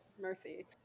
Mercy